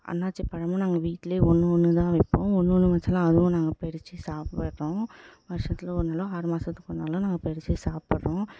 அன்னாச்சிப்பழமும் நாங்கள் வீட்டில் ஒன்று ஒன்று தான் வைப்போம் ஒன்று ஒன்று வச்சாலும் அதுவும் நாங்கள் பறித்து சாப்பிட்றோம் வருஷத்தில் ஒரு நாளோ ஆறு மாசத்துக்கு ஒரு நாள் நாங்கள் பறித்து சாப்பிட்றோம்